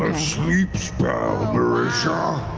sleep spell, marisha.